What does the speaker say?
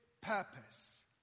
purpose